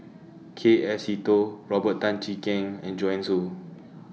K F Seetoh Robert Tan Jee Keng and Joanne Soo